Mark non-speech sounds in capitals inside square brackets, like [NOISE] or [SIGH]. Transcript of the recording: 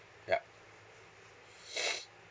yup [NOISE]